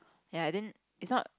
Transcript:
ya I didn't is not